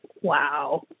Wow